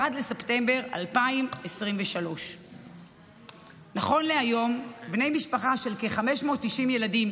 בספטמבר 2023. נכון להיום בני משפחה של כ-590 ילדים,